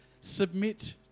submit